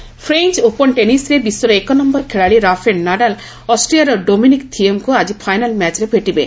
French Open French Open ଟେନିସ୍ରେ ବିଶ୍ୱର ଏକ ନମ୍ଭର ଖେଳାଳି ରାଫେଲ୍ ନାଡାଲ୍ ଅଷ୍ଟ୍ରିଆର ଡୋମିନିକ୍ ଥିଏମ୍ଙ୍କୁ ଆଜି ଫାଇନାଲ୍ ମ୍ୟାଚ୍ରେ ଭେଟିବେ